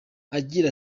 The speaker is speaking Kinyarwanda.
agira